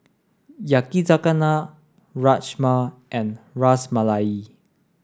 Yakizakana Rajma and Ras Malai